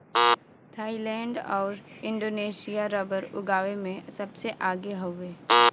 Thailand आउर Indonesia rubber उगावे में सबसे आगे हउवे